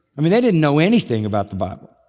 i mean, they didn't know anything about the bible.